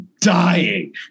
Dying